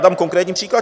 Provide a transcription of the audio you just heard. Dám konkrétní příklad.